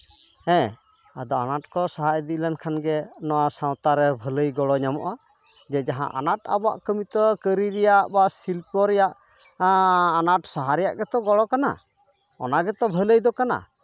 ᱦᱮᱸ ᱟᱫᱚ ᱟᱱᱟᱴ ᱠᱚ ᱥᱟᱦᱟ ᱤᱫᱤ ᱞᱮᱱᱠᱷᱟᱱ ᱜᱮ ᱱᱚᱣᱟ ᱥᱟᱶᱛᱟ ᱨᱮ ᱵᱷᱟᱹᱞᱟᱹᱭ ᱜᱚᱲᱚ ᱧᱟᱢᱚᱜᱼᱟ ᱡᱮ ᱡᱟᱦᱟᱸ ᱟᱱᱟᱴ ᱟᱵᱚᱣᱟᱜ ᱠᱟᱹᱢᱤ ᱛᱚ ᱠᱟᱹᱨᱤ ᱨᱮᱭᱟᱜ ᱵᱟ ᱥᱤᱞᱯᱚ ᱨᱮᱭᱟᱜ ᱟᱱᱟᱴ ᱥᱟᱦᱟ ᱨᱮᱭᱟᱜ ᱜᱮᱛᱚ ᱜᱚᱲᱚ ᱠᱟᱱᱟ ᱚᱱᱟ ᱜᱮᱛᱚ ᱵᱷᱟᱹᱞᱟᱹᱭ ᱫᱚ ᱠᱟᱱᱟ